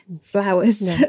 flowers